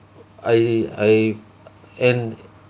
I I and